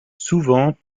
souvent